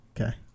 Okay